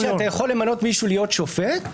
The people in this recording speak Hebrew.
כן